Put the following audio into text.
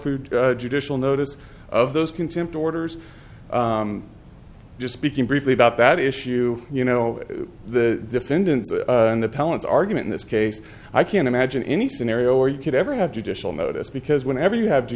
food judicial notice of those contempt orders just speaking briefly about that issue you know the defendants and the pellets argument in this case i can't imagine any scenario where you could ever have judicial notice because whenever you have